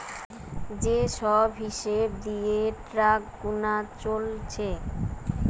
যে সব হিসাব দিয়ে ট্যাক্স গুনা চলছে